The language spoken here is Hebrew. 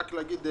רציתי להגיד: